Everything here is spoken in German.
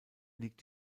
liegt